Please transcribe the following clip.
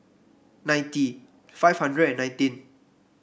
ninety five hundred nineteen